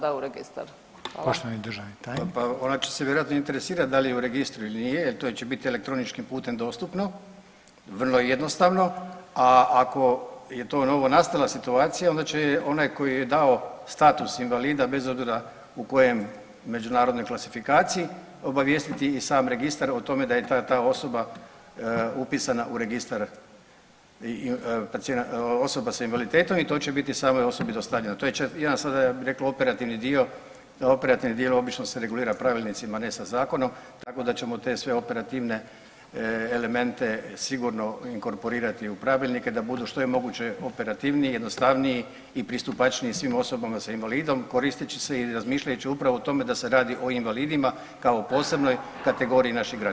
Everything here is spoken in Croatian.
Pa ona će se vjerojatno interesirati da li je u Registru ili nije, to će biti elektroničkim putem dostupno, vrlo jednostavno, a ako je to novonastala situacija, onda će onaj koji je dao status invalida, bez obzira u kojem međunarodnoj klasifikaciji, obavijestiti i sam Registar o tome da je ta i ta osoba upisana u Registar i .../nerazumljivo/... osoba s invaliditetom i to će biti samoj osobi dostavljeno, to je .../nerazumljivo/... jedan, sad ja bih rekao operativni dio, a operativni dio obično se regulira pravilnicima, ne sa zakonom tako da ćemo te sve operativne elemente sigurno inkorporirati u pravilnike da budu što je moguće operativniji, jednostavniji i pristupačniji svim osobama sa invalidom, koristeći se i razmišljajući upravo u tome da se radi o invalidima kao o posebnoj kategoriji naših građana.